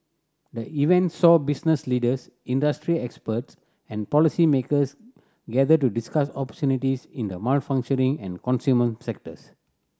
the event saw business leaders industry experts and policymakers gather to discuss opportunities in the manufacturing and consumer sectors